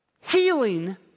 healing